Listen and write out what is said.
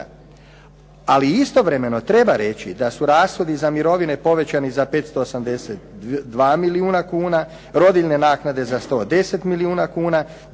Ali istovremeno treba reći da su rashodi za mirovine povećani za 582 milijuna kuna, rodiljne naknade za 110 milijuna kuna,